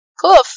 poof